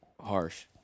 harsh